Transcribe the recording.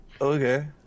Okay